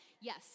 Yes